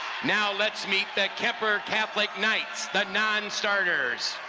now let's meet the kuemper catholic knights, the nonstarters.